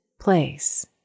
place